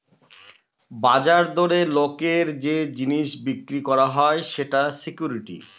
বাজার দরে লোকের যে জিনিস বিক্রি করা যায় সেটা সিকুইরিটি